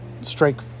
strike